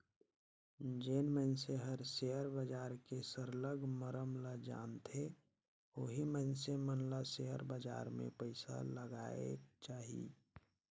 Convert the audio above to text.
जेन मइनसे हर सेयर बजार के सरलग मरम ल जानथे ओही मइनसे मन ल सेयर बजार में पइसा लगाएक चाही